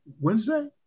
Wednesday